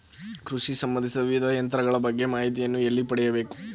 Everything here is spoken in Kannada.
ಕೃಷಿ ಸಂಬಂದಿಸಿದ ವಿವಿಧ ಯಂತ್ರಗಳ ಬಗ್ಗೆ ಮಾಹಿತಿಯನ್ನು ಎಲ್ಲಿ ಪಡೆಯಬೇಕು?